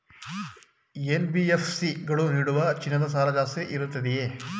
NBFC ಗಳು ನೀಡುವ ಚಿನ್ನದ ಸಾಲ ಜಾಸ್ತಿ ಇರುತ್ತದೆಯೇ?